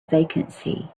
vacancy